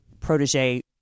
protege